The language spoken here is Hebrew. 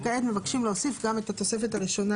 וכעת מבקשים להוסיף גם את התוספת הראשונה